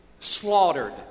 Slaughtered